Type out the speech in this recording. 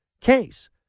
case